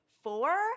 four